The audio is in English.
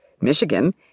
Michigan